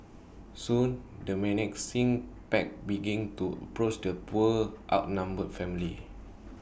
soon the menacing pack began to approach the poor outnumbered family